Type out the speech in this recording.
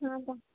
हँ